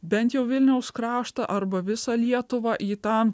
bent jau vilniaus kraštą arba visą lietuvą į tą